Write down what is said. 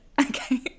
okay